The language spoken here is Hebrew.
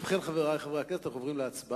ובכן, חברי חברי הכנסת, הצבעה.